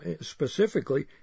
specifically